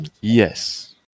Yes